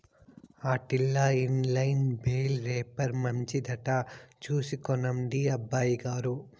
ఆటిల్ల inline bale wrapper మంచిదట చూసి కొనండి అబ్బయిగారు